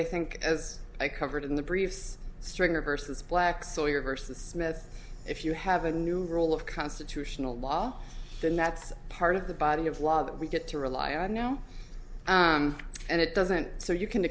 i think as i covered in the briefs stringer versus black sawyer versus smith if you have a new rule of constitutional law then that's part of the body of law that we get to rely on now and it doesn't so you can